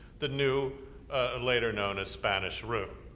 the new ah later known as spanish room.